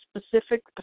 specific